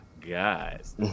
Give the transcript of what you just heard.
Guys